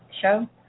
show